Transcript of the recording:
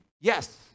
Yes